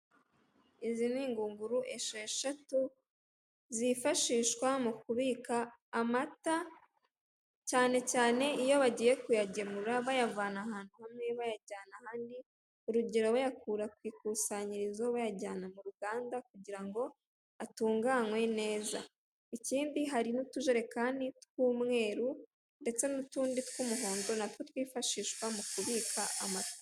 Izi ni ingunguru esheshatu zifashishwa mu kubika amata cyane cyane iyo bagiye kuyagemura bayavana ahantu hamwe bayajyana ahandi, urugero bayakura ku ikusanyirizo bayajyana mu ruganda kugira ngo atunganywe neza, ikindi hari n'utujerekani tw'umweru ndetse n'utundi tw'umuhondo natwo twifashishwa mu kubika amata